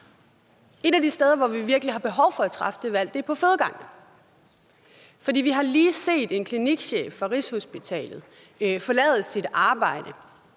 Et af de steder, hvor vi virkelig har behov for at træffe det valg, er på fødegangen. Vi har lige set en klinikchef fra Rigshospitalet forlade sit arbejde,